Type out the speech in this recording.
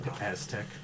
Aztec